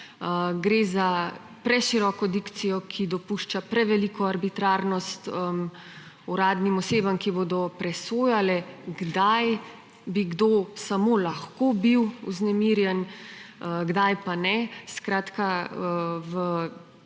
Gre za preširoko dikcijo, ki dopušča preveliko arbitrarnost uradnim osebam, ki bodo presojale, kdaj bi kdo samo lahko bil vznemirjen, kdaj pa ne. Skratka, v